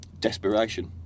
Desperation